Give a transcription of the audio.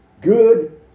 good